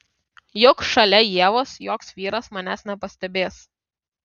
juk šalia ievos joks vyras manęs nepastebės